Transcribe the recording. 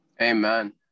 amen